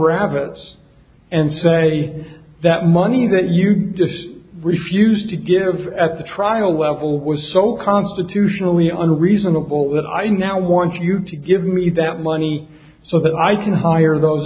rabbits and say that money that you refused to give at the trial level was so constitutionally a reasonable that i now want you to give me that money so that i can hire those